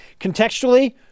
Contextually